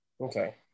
Okay